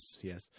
yes